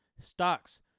stocks